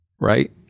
Right